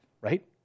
right